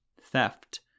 theft